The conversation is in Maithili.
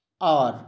आओर